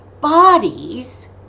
Bodies